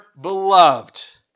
beloved